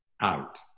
out